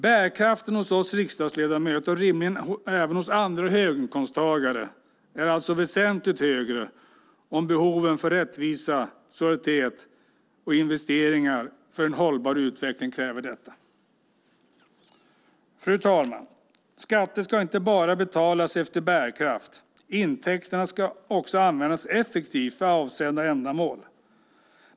Bärkraften hos oss riksdagsledamöter och rimligen även hos andra höginkomsttagare är alltså väsentligt högre om behoven för rättvisa, solidaritet och investeringar för en hållbar utveckling kräver detta. Fru talman! Skatter ska inte bara betalas efter bärkraft. Intäkterna ska också användas effektivt för avsedda ändamål.